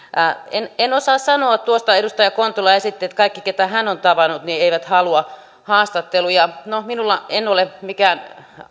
en en osaa sanoa tuosta kun edustaja kontula esitti että kaikki ne jotka hän on tavannut eivät halua haastatteluja no en ole mikään